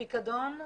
הפיקדון,